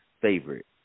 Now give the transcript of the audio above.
favorite